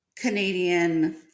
Canadian